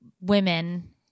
women